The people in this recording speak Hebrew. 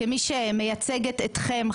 כמי שמייצגת אתכם,